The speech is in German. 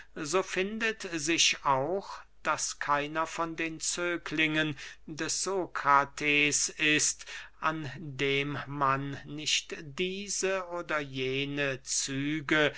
so findet sich auch daß keiner von den zöglingen des sokrates ist an dem man nicht diese oder jene züge